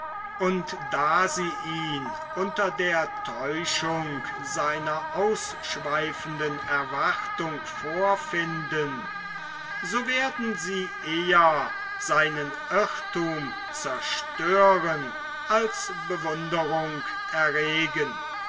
und da sie ihn unter der täuschung seiner ausschweifenden erwartung vorfinden so werden sie eher seinen irrthum zerstören als bewunderung erregen